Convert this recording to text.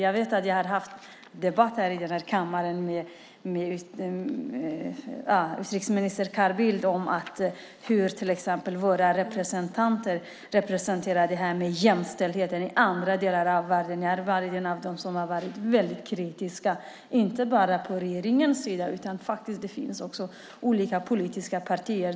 Jag har haft debatter här i kammaren med utrikesminister Carl Bildt om hur våra representanter för fram detta med jämställdheten i andra delar av världen. Jag är en av dem som har varit väldigt kritisk inte bara mot regeringen utan också mot olika politiska partier.